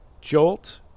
jolt